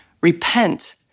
Repent